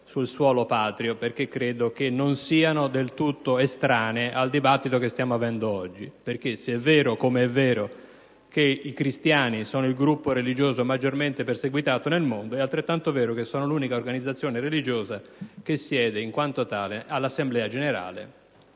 sul suolo patrio, non del tutto estranee al dibattito che stiamo svolgendo oggi. Infatti, se è vero - come è vero - che i cristiani sono il gruppo religioso maggiormente perseguitato nel mondo, è altrettanto vero che sono l'unica organizzazione religiosa nel mondo che siede in quanto tale all'Assemblea generale